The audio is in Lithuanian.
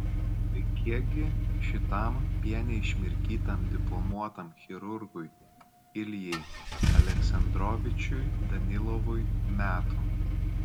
tai kiekgi šitam piene išmirkytam diplomuotam chirurgui iljai aleksandrovičiui danilovui metų